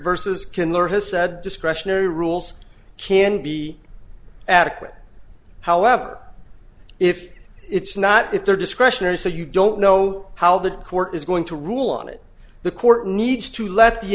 versus can learn has said discretionary rules can be adequate however if it's not if they're discretionary so you don't know how the court is going to rule on it the court needs to let the